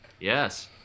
yes